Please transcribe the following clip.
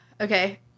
Okay